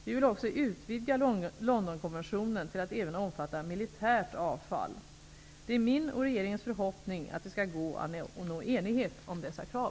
Vi vill också utvidga Londonkonventionen till att även omfatta militärt avfall. Det är min och regeringens förhoppning att det skall gå att nå enighet om dessa krav.